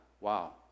wow